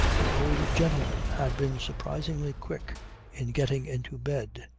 the old gentleman had been surprisingly quick in getting into bed.